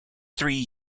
three